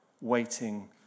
waiting